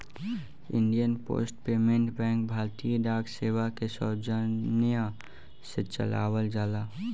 Indian post payment bank भारतीय डाक सेवा के सौजन्य से चलावल जाला